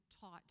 taught